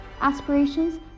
aspirations